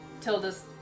Tilda's